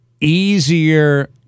easier